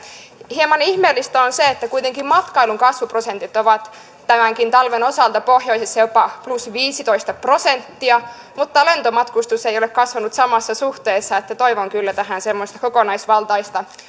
hieman ihmeellistä on se että kuitenkin matkailun kasvuprosentit ovat tämänkin talven osalta pohjoisessa jopa plus viisitoista prosenttia mutta lentomatkustus ei ole kasvanut samassa suhteessa toivon kyllä tähän semmoista kokonaisvaltaista